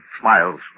smiles